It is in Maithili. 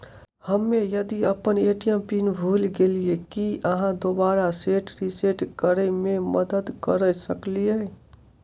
हम्मे यदि अप्पन ए.टी.एम पिन भूल गेलियै, की अहाँ दोबारा सेट रिसेट करैमे मदद करऽ सकलिये?